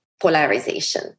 polarization